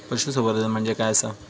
पशुसंवर्धन म्हणजे काय आसा?